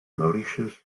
mauritius